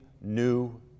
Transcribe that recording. new